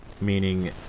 meaning